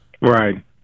Right